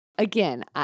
Again